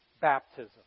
baptism